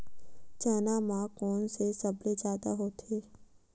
चना म कोन से सबले जादा होथे?